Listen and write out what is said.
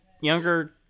younger